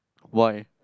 why